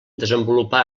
desenvolupar